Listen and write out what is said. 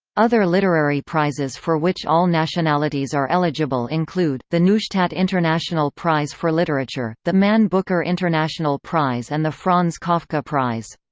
other literary prizes for which all nationalities are eligible include the neustadt international prize for literature, the man booker international prize and the franz kafka prize.